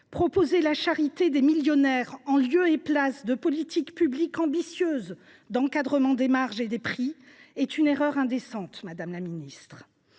Proposer la charité des millionnaires en lieu et place de politiques publiques ambitieuses d’encadrement des marges et des prix est une erreur indécente, madame la ministre.